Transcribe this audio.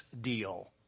deal